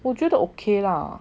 我觉得 okay lah